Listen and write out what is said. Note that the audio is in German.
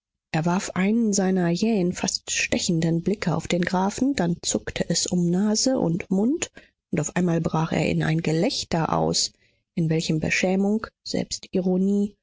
er warf einen seiner jähen fast stechenden blicke auf den grafen dann zuckte es um nase und mund und auf einmal brach er in ein gelächter aus in welchem beschämung selbstironie